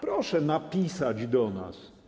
Proszę napisać do nas.